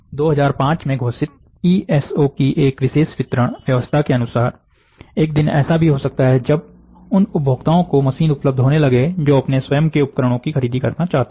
2005 में घोषित E S O की एक विशेष वितरण व्यवस्था के अनुसार एक दिन ऐसा भी हो सकता है जब उन उपभोक्ताओं को मशीन उपलब्ध होने लगे जो अपने स्वयं के उपकरणों की खरीद करना चाहते हैं